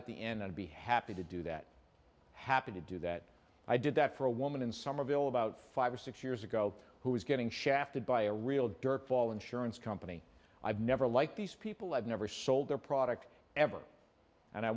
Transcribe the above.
at the end and be happy to do that happy to do that i did that for a woman in somerville about five or six years ago who was getting shafted by a real dirtball insurance company i've never like these people i've never sold their products ever and i